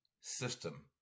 system